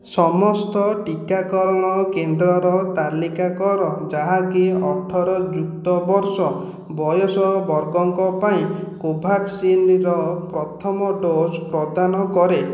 ସମସ୍ତ ଟିକାକରଣ କେନ୍ଦ୍ରର ତାଲିକା କର ଯାହାକି ଅଠର ଯୁକ୍ତ ବର୍ଷ ବୟସ ବର୍ଗଙ୍କ ପାଇଁ କୋଭ୍ୟାକ୍ସିନ୍ର ପ୍ରଥମ ଡ଼ୋଜ୍ ପ୍ରଦାନ କରେ